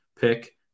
pick